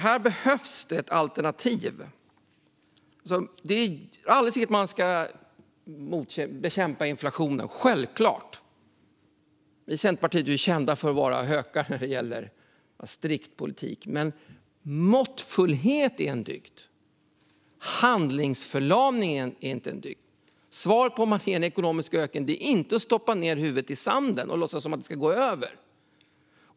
Här behövs ett alternativ. Alla tycker att vi ska bekämpa inflationen. Det är självklart. Vi i Centerpartiet är kända för att vara hökar när det gäller att föra strikt politik. Men måttfullhet är en dygd; handlingsförlamning är det inte. Svaret på vad som ska ge ekonomisk ökning är inte att stoppa ned huvudet i sanden och låtsas som att det ska gå över.